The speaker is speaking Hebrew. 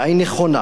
/ בעין נכונה,